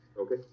Okay